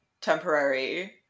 temporary